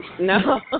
No